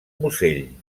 musell